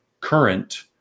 current